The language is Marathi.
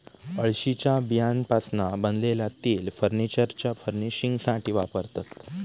अळशीच्या बियांपासना बनलेला तेल फर्नीचरच्या फर्निशिंगसाथी वापरतत